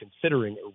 considering